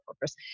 purpose